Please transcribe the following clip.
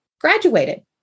graduated